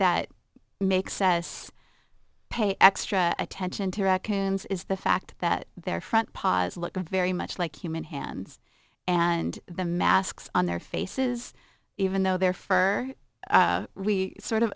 that makes says pay extra attention to raccoons is the fact that their front paws look very much like human hands and the masks on their faces even though their fur we sort of